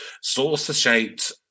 saucer-shaped